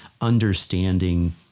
understanding